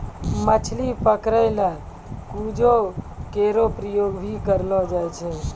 मछली पकरै ल क्रूजो केरो प्रयोग भी करलो जाय छै